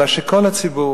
אלא כל הציבור.